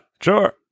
Sure